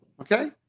Okay